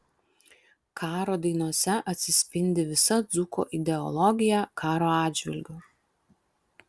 karo dainose atsispindi visa dzūko ideologija karo atžvilgiu